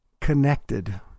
connected